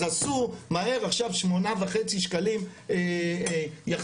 אז עשו מהר עכשיו 8.5 שקלים יחזירו.